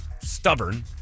stubborn